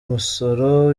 umusoro